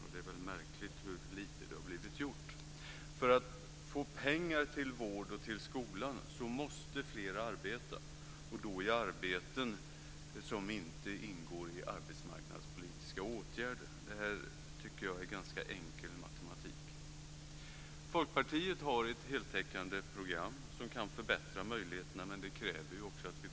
Det är väl märkligt hur lite som har blivit gjort. För att få pengar till vården och till skolan måste fler arbeta i jobb som inte ingår i arbetsmarknadspolitiska åtgärder. Jag tycker att det är en ganska enkel matematik. Folkpartiet har ett heltäckande program som kan förbättra möjligheterna, men för det krävs att vi får chansen.